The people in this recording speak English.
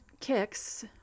kicks